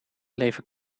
leven